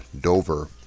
Dover